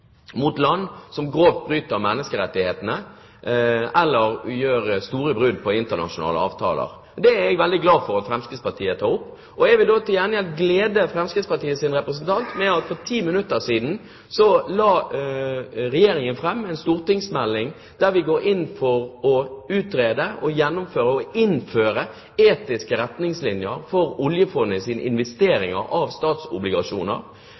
mot land som grovt bryter menneskerettighetene eller gjør store brudd på internasjonale avtaler. Det er jeg veldig glad for at Fremskrittspartiet tar opp. Jeg vil til gjengjeld glede Fremskrittspartiets representant med at for ti minutter siden la Regjeringen fram en stortingsmelding der vi går inn for å utrede, gjennomføre og innføre etiske retningslinjer for oljefondets investeringer av statsobligasjoner.